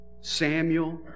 Samuel